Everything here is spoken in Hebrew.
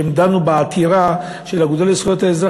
כשהם דנו בעתירה של האגודה לזכויות האזרח,